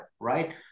right